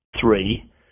three